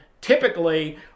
typically